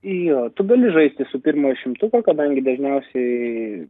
jo tu gali žaisti su pirmojo šimtuko kadangi dažniausiai